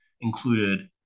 included